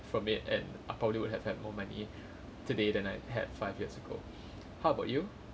from it and I probably would have had more money today than I've had five years ago how about you